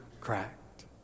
cracked